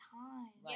time